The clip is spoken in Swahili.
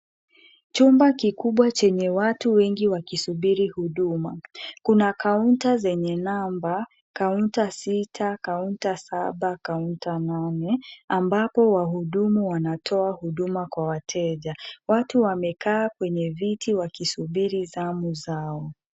Chumba kikubwa chenye watu wengi wakisubiri huduma. Kuna kaunta zenye namba , kaunta sita, kaunta saba, kaunta nane, ambapo wahudumu wanatoa huduma kwa wateja. Watu wamekaa kwenye viti wakisubiri zamu zao.